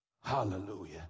Hallelujah